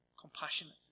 compassionate